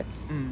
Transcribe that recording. mm